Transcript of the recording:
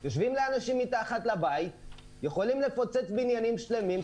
יושבים לאנשים מתחת לבית ויכולים לפוצץ בניינים שלמים,